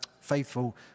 faithful